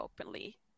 openly